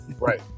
right